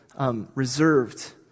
reserved